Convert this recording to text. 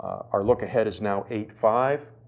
our lookahead is now eight-five.